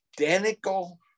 identical